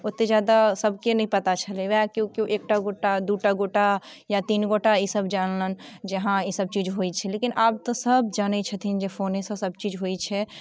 ओते जादा सभके नहि पता छलै वएह केओ केओ एक गोटा दू गोटा या तीन गोटा ई सभ जानलनि जे हॅं ई सभचीज होइ छै लेकिन आब तऽ सभ जानै छथिन जे फोने सँ सभचीज होइ छै